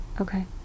Okay